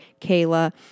Kayla